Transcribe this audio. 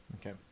Okay